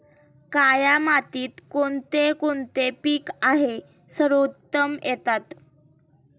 काया मातीत कोणते कोणते पीक आहे सर्वोत्तम येतात?